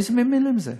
איזה מין מילים אלה?